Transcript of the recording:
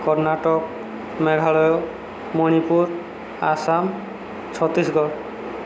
Karnataka Meghalaya Manipur Assam Chhattisgarh